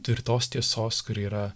tvirtos tiesos kuri yra